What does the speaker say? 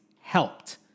helped